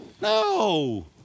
No